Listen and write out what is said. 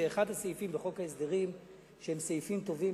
זה אחד הסעיפים בחוק ההסדרים שהם סעיפים טובים,